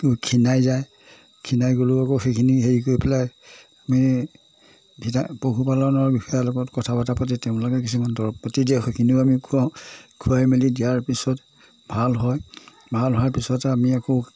খীনাই যায় খীনাই গ'লেও আকৌ সেইখিনি হেৰি কৰি পেলাই আমি ভিটা পশুপালনৰ বিষয়াৰ লগত কথা বতৰা পাতি তেওঁলোকে কিছুমান দৰৱ পাতি দিয়ে সেইখিনিও আমি খুৱাওঁ খুৱাই মেলি দিয়াৰ পিছত ভাল হয় ভাল হোৱাৰ পিছতে আমি আকৌ